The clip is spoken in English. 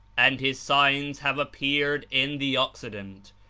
and his signs have appeared in the occident.